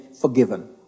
forgiven